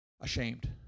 ashamed